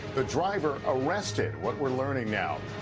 the driver arrested. what we're learning now.